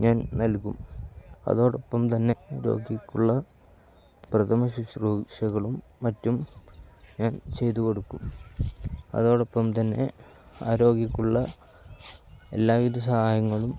ഞാൻ നൽകും അതോടൊപ്പം തന്നെ ആ രോഗിക്കുള്ള പ്രഥമ ശുശ്രൂഷകളും മറ്റും ഞാൻ ചെയ്തുകൊടുക്കും അതോടൊപ്പം തന്നെ ആ രോഗിക്കുള്ള എല്ലാ വിധ സഹായങ്ങളും